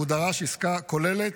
הוא דרש עסקה כוללת.